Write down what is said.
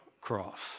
cross